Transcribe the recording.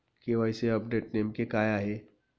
KYC update नेमके काय आहे?